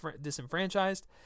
disenfranchised